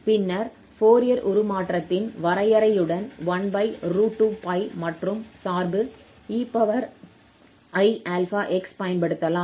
பின்னர் ஃபோரியர் உருமாற்றத்தின் வரையறையுடன் 1√2π மற்றும் சார்பு 𝑒𝑖𝛼𝑥 பயன்படுத்தலாம்